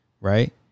right